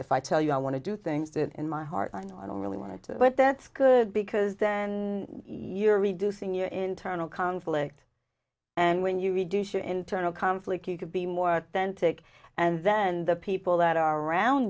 if i tell you i want to do things that in my heart i know i don't really want to but that's good because then you're reducing your internal conflict and when you reduce your internal conflict you could be more then take and then the people that are around